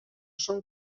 són